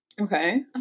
Okay